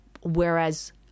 Whereas